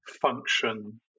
function